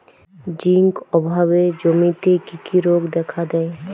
Zinc অভাবে জমিতে কি কি রোগ দেখাদেয়?